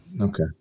Okay